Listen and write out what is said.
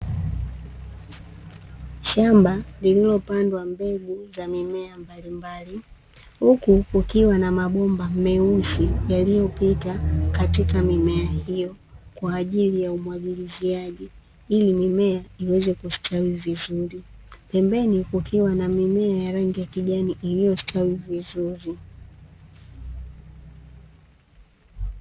Shamba lililopandwa mbegu za mimea mbalimbali huku kukiwa na mabomba meusi yaliopita katika mimea hio kwa ajili ya umwagiliziaji ili mimea iweze kustawi vizuri. Pembeni kukiwa na mimea ya rangi ya kijani iliostawi vizuri.